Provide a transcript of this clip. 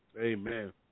Amen